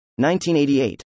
1988